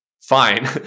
fine